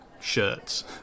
shirts